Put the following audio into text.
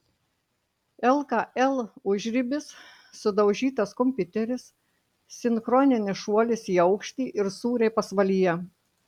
lkl užribis sudaužytas kompiuteris sinchroninis šuolis į aukštį ir sūriai pasvalyje